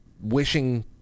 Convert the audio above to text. wishing